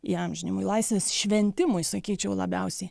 įamžinimui laisvės šventimui sakyčiau labiausiai